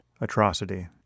atrocity